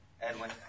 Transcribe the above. Edwin